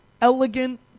elegant